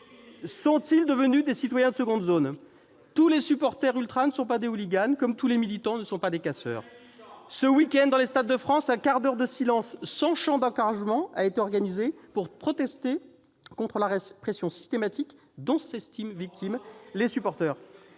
Sont-ils devenus des citoyens de seconde zone ? Tous les supporters ultras ne sont pas des hooligans, comme tous les militants radicaux ne sont pas des casseurs. Je n'ai jamais dit cela ! Ce week-end, dans les stades de France, un quart d'heure de silence sans chant d'encouragement a été organisé pour protester contre la répression systématique dont s'estiment victimes les supporters.